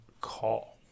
call